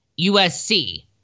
USC